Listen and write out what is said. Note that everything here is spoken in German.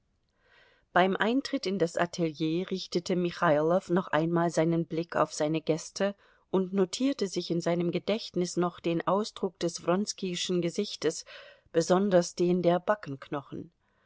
beim eintritt in das atelier richtete michailow noch einmal seinen blick auf seine gäste und notierte sich in seinem gedächtnis noch den ausdruck des wronskischen gesichtes besonders den der backenknochen